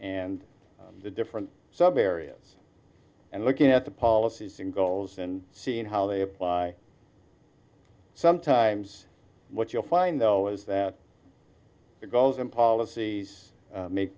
and the different sub areas and looking at the policies and goals and seeing how they apply sometimes what you'll find though is that the goals and policies make